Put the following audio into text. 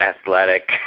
athletic